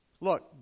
Look